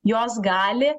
jos gali